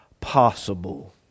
possible